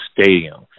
stadium